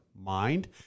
mind